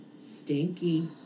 Stinky